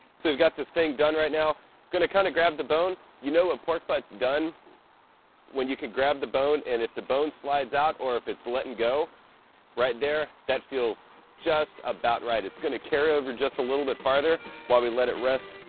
so we've got this thing done right now gonna kinda kind of grab the bone you know a pork butts done when you can grab the bone and if the bone slides out or if it's letting go right there that feels just about right it's going to carry over just a little bit farther while we let it rest